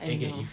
I don't know